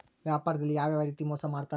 ವ್ಯಾಪಾರದಲ್ಲಿ ಯಾವ್ಯಾವ ರೇತಿ ಮೋಸ ಮಾಡ್ತಾರ್ರಿ?